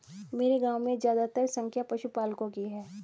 मेरे गांव में ज्यादातर संख्या पशुपालकों की है